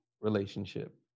relationship